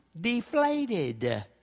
deflated